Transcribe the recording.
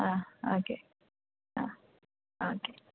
ആ ഓക്കേ ആ ഓക്കേ